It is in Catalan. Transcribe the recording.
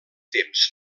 temps